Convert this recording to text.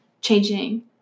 changing